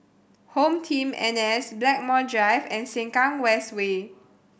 HomeTeam N S Blackmore Drive and Sengkang West Way